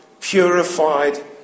purified